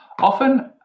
Often